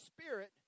spirit